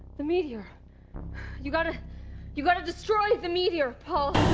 the meteor you gotta you got to destroy the meteor, paul.